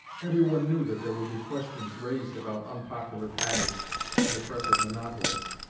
every one knew that there would be questions raised about unpopular patents and oppressive monopolies,